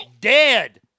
Dead